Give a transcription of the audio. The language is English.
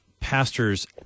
pastors